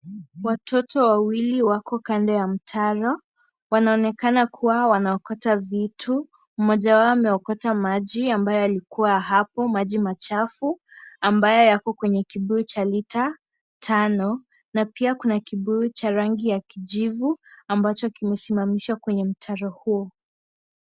Watoto wawili wako kando ya mtaro, wanaonekana kuwa wanaokota vitu, mmoja wao ameokota maji ambayo yalikuwa hapo. Maji machafu ambayo yako kwenye kibuyu cha lita tano na pia kuna kibuyu cha rangi ya kijivu ambacho kimesimamishwa kwenye mtaro huo.